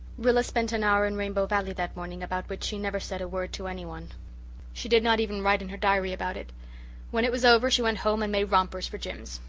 rilla spent an hour in rainbow valley that morning about which she never said a word to anyone she did not even write in her diary about it when it was over she went home and made rompers for jims.